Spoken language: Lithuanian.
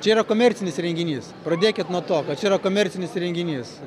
čia yra komercinis renginys pradėkit nuo to kad čia yra komercinis renginys